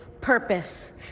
purpose